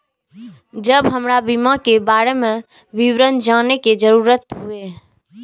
जब हमरा बीमा के बारे में विवरण जाने के जरूरत हुए?